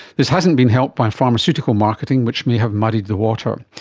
this hasn't been helped by pharmaceutical marketing which may have muddied the water.